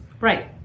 Right